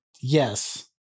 Yes